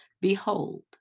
Behold